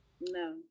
No